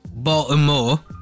Baltimore